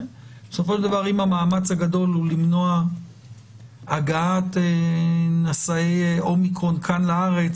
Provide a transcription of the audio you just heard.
בסופו של דבר אם המאמץ הגדול הוא למנוע הגעת נשאי אומיקרון לארץ,